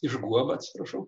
iš guoba atsiprašau